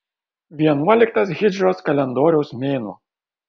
vienuoliktas hidžros kalendoriaus mėnuo